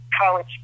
College